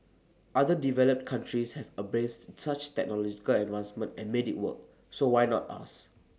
other developed countries have embraced such technological advancements and made IT work so why not us